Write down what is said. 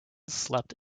slept